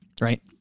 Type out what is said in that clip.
right